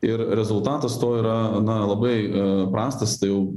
ir rezultatas to yra na labai prastas tai jau